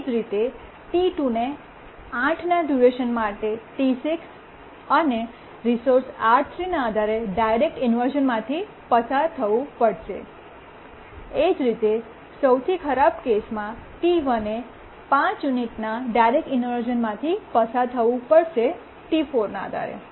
એ જ રીતે T2 ને 8 ના ડ્યૂરેશન માટે T6 અને રિસોર્સ R3ના આધારે ડાયરેક્ટ ઇન્વર્શ઼નમાથી પસાર થવું પડશે એ જ રીતે સૌથી ખરાબ કેસમાં T1એ 5 યુનિટના ડાયરેક્ટ ઇન્વર્શ઼નમાથી પસાર થવું પડશે T4 ના આધારે